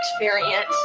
experience